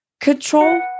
control